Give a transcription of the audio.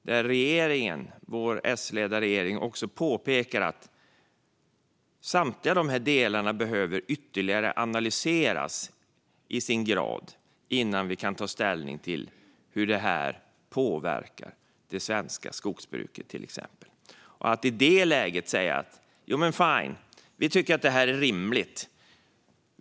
Där påpekar vår S-ledda regering att samtliga dessa delar behöver analyseras ytterligare i olika grad innan vi kan ta ställning till hur detta påverkar det svenska skogsbruket. Men i det läget säger man alltså: Fine, vi tycker att detta är rimligt.